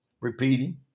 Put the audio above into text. repeating